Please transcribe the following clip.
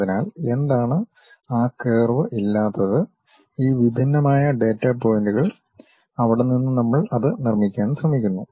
അതിനാൽ എന്താണ് ആ കർവ് ഇല്ലാത്തത്ഈ വിഭിന്നമായ ഡാറ്റാ പോയിന്റുകൾ അവിടെ നിന്ന് നമ്മൾ അത് നിർമ്മിക്കാൻ ശ്രമിക്കുന്നു